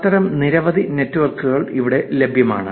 അത്തരം നിരവധി നെറ്റ്വർക്കുകൾ അവിടെ ലഭ്യമാണ്